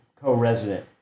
co-resident